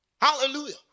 Hallelujah